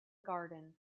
garden